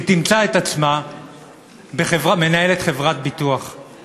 שתמצא את עצמה מנהלת חברת ביטוח.